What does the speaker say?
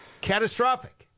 Catastrophic